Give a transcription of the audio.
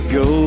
go